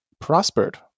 prospered